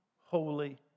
holy